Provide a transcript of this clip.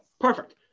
perfect